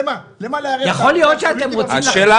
מצב --- ינון, השאלה היא טכנית.